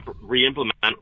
re-implement